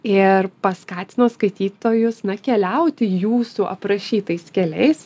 ir paskatino skaitytojus na keliauti jūsų aprašytais keliais